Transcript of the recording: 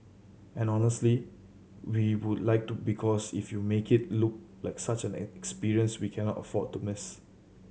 and honestly we would like to because if you make it look like such an experience we cannot afford to miss